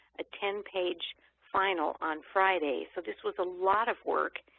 a ten page final on friday. so this was a lot of work.